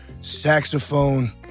saxophone